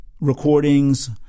recordings